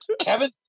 Kevin